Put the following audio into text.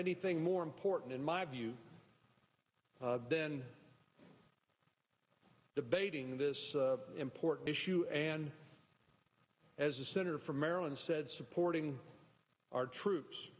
anything more important in my view then debating this important issue and as a senator from maryland said supporting our troops